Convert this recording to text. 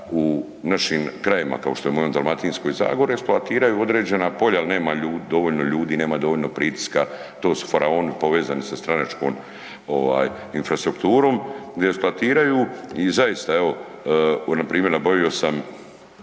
u našim krajevima kao što je u mojoj Dalmatinskoj zagori, eksploatiraju određena polja jel nema dovoljno ljudi, nema dovoljno pritiska, to su faraoni povezani sa stranačkom ovaj infrastrukturom, gdje eksploatiraju i zaista evo npr. nabavio sam